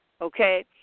okay